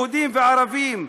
יהודים וערבים,